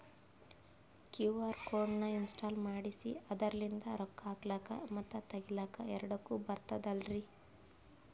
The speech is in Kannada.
ಕ್ಯೂ.ಆರ್ ಕೋಡ್ ನ ಇನ್ಸ್ಟಾಲ ಮಾಡೆಸಿ ಅದರ್ಲಿಂದ ರೊಕ್ಕ ಹಾಕ್ಲಕ್ಕ ಮತ್ತ ತಗಿಲಕ ಎರಡುಕ್ಕು ಬರ್ತದಲ್ರಿ?